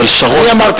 אבל "שרון" במקרא,